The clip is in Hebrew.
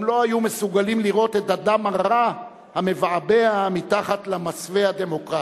הם לא היו מסוגלים לראות את הדם הרע המבעבע מתחת למסווה הדמוקרטי.